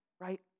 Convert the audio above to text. right